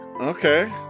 okay